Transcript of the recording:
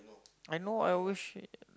I know I always shit